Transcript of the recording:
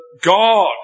God